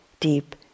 deep